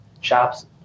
shops